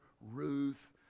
Ruth